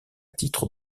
titre